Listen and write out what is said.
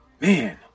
Man